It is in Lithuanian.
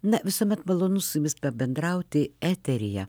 na visuomet malonu su jumis pabendrauti eteryje